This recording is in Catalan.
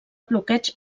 bloqueig